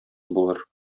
булыр